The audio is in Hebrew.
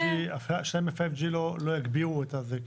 השאלה אם ה-5G לא יגבירו את זה.